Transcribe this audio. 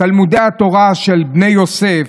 תלמודי התורה של בני יוסף,